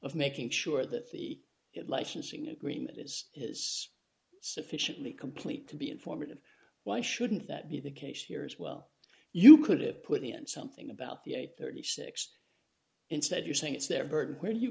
of making sure that the licensing agreement is is sufficiently complete to be informative why shouldn't that be the case here as well you could have put the end something about the eight hundred and thirty six instead you're saying it's their burden where do you